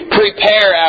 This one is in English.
prepare